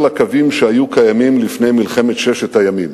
לקווים שהיו קיימים לפני מלחמת ששת הימים.